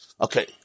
Okay